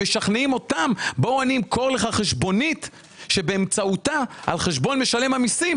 משכנעים אותם שהם ימכרו להם חשבונית באמצעותה על חשבון משלם המיסים הם